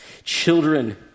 Children